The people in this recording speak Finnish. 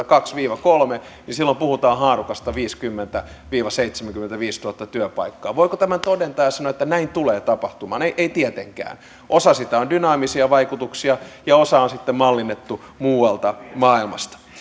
kaksi viiva kolme prosenttia silloin puhutaan haarukasta viisikymmentätuhatta viiva seitsemänkymmentäviisituhatta työpaikkaa voiko tämän todentaa ja sanoa että näin tulee tapahtumaan ei ei tietenkään osa siitä on dynaamisia vaikutuksia ja osa on sitten mallinnettu muualta maailmasta